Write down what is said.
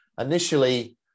initially